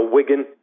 Wigan